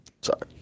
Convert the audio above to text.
Sorry